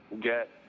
get